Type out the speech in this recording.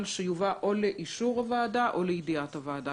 שיובא או לאישור הוועדה או לידיעת הוועדה,